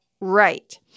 right